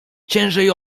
ciężej